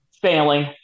Failing